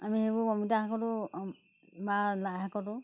আমি সেইবোৰ অমিতা শাকতো বা লাই শাকতো